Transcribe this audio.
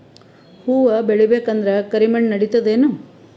ಹುವ ಬೇಳಿ ಬೇಕಂದ್ರ ಕರಿಮಣ್ ನಡಿತದೇನು?